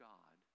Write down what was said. God